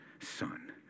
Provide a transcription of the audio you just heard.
son